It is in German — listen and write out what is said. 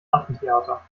affentheater